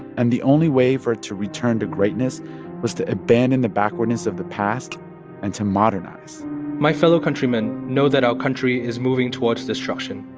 and the only way for it to return to greatness was to abandon the backwardness of the past and to modernize my fellow countrymen know that our country is moving towards destruction.